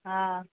आं